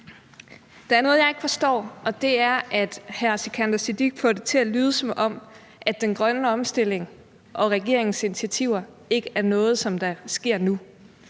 Der er noget, jeg ikke forstår, og det er, at hr. Sikandar Siddique får det til at lyde, som om den grønne omstilling og regeringens initiativer ikke er noget, som sker nu.